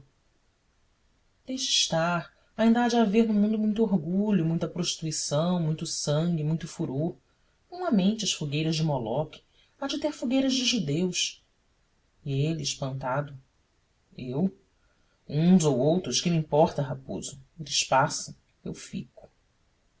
estar ainda há de haver no mundo muito orgulho muita prostituição muito sangue muito furor não lamente as fogueiras de moloque há de ter fogueiras de judeus e ele espantado eu uns ou outros que me importa raposo eles passam eu fico